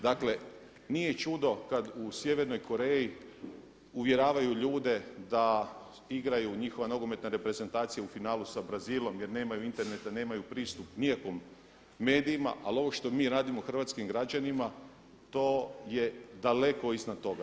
Dakle, nije čudo kada u Sjevernoj Koreji uvjeravaju ljude da igraju njihova nogometna reprezentacija u finalu sa Brazilom jer nemaju interneta, nemaju pristup nikakvim medijima, ali ovo što mi radimo hrvatskim građanima to je daleko iznad toga.